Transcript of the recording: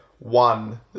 One